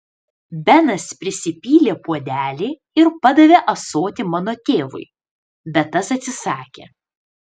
benas prisipylė puodelį ir padavė ąsotį mano tėvui bet tas atsisakė